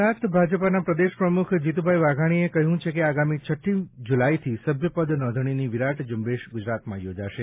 ગુજરાત ભાજપના પ્રદેશ પ્રમુખ જીતુભાઇ વાઘાણીએ કહ્યું છે કે આગામી છઠ્ઠી જુલાઇથી સભ્યપદ નોંધણીની વિરાટ ઝુંબેશ ગુજરાતમાં યોજાશે